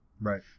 Right